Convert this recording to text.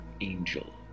angel